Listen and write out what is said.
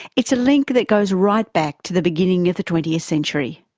it's a link that goes right back to the beginning of the twentieth century.